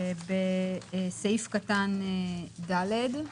בסעיף קטן (ד).